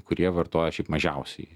kurie vartoja šiaip mažiausiai